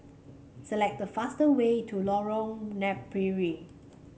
select the fast way to Lorong Napiri